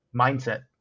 mindset